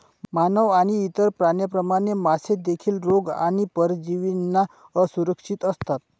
मानव आणि इतर प्राण्यांप्रमाणे, मासे देखील रोग आणि परजीवींना असुरक्षित असतात